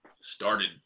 started